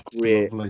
great